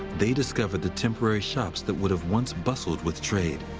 they discover the temporary shops that would have once bustled with trade.